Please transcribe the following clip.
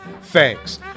Thanks